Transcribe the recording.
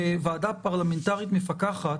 כוועדה פרלמנטרית מפקחת,